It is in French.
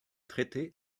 traité